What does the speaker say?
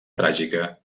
tràgica